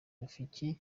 rafiki